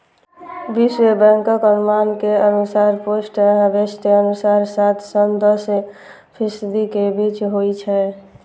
विश्व बैंकक अनुमान के अनुसार पोस्ट हार्वेस्ट नुकसान सात सं दस फीसदी के बीच होइ छै